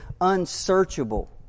unsearchable